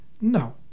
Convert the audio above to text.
No